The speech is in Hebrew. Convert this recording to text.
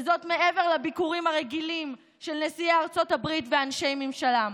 וזאת מעבר לביקורים הרגילים של נשיאי ארצות הברית ואנשי ממשלם.